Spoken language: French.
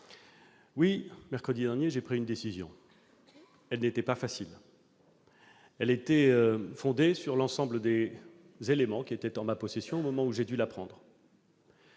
Oui, mercredi dernier, j'ai pris une décision. Ce n'était pas facile. Elle s'est fondée sur l'ensemble des éléments en ma possession au moment où j'ai dû la prendre